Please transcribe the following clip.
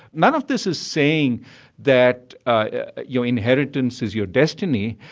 none of this is saying that ah your inheritance is your destiny,